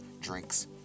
drinks